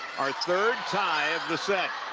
ah third tie of the set